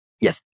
Yes